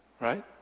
Right